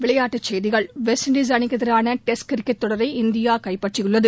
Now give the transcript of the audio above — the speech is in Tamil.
விளையாட்டுச் செய்திகள் வெஸ்ட் இண்டிஸ் அணிக்கு எதிரான டெஸ்ட் கிரிக்கெட் தொடரை இந்தியா கைப்பற்றியுள்ளது